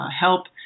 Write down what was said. help